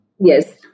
Yes